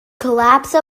collapse